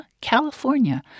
California